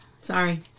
sorry